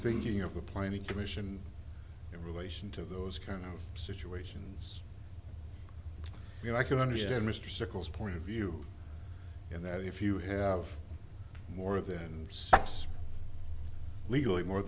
thinking of the planning commission in relation to those kind of situations you know i can understand mr circle's point of view in that if you have more than six legally more